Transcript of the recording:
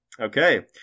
Okay